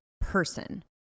person